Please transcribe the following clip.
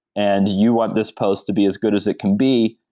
and you want this post to be as good as it can be,